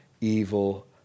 evil